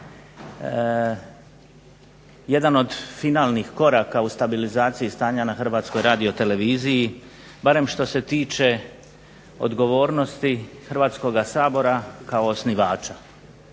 jedan od finalnih koraka u stabilizaciji stanja na Hrvatskoj radioteleviziji barem što se tiče odgovornosti Hrvatskoga sabora kao osnivača,